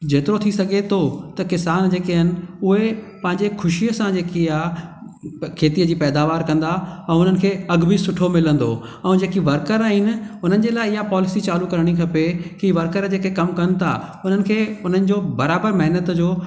जेतिरो थी सघे थो त किसान जे आहिनि उहे पंहिंजे खुशीअ सां जेकी आहे खेतीअ जी पैदावार कंदा ऐं हुननि खे अघ बि सुठो मिलंदो ऐं जेके वर्कर आहिनि हुननि जे लाइ इहा पॉलिसी चालू करणी खपे की वर्कर जेके कम कनि था हुननि खे हुननि जो बराबरि महिनत जो